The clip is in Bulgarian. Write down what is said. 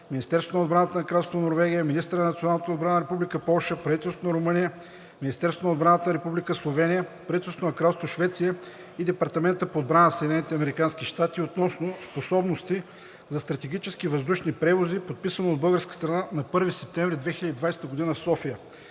Министерството на отбраната на Кралство Норвегия, министъра на националната отбрана на Република Полша, правителството на Румъния, Министерството на отбраната на Република Словения, правителството на Кралство Швеция и Департамента по отбрана на Съединените американски щати относно способности за стратегически въздушни превози, подписано от българска страна на 1 септември 2020 г. в София.